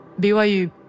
BYU